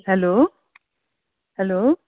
hello hello